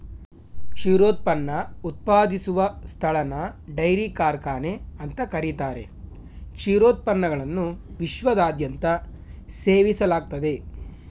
ಕ್ಷೀರೋತ್ಪನ್ನ ಉತ್ಪಾದಿಸುವ ಸ್ಥಳನ ಡೈರಿ ಕಾರ್ಖಾನೆ ಅಂತ ಕರೀತಾರೆ ಕ್ಷೀರೋತ್ಪನ್ನಗಳನ್ನು ವಿಶ್ವದಾದ್ಯಂತ ಸೇವಿಸಲಾಗ್ತದೆ